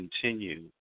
continue